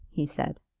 he said.